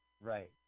Right